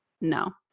no